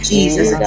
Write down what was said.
Jesus